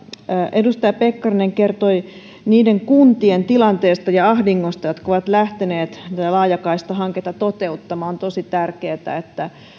edustaja pekkarinen kertoi niiden kuntien tilanteesta ja ahdingosta jotka ovat lähteneet tätä laajakaistahanketta toteuttamaan on tosi tärkeää että